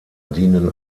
dienen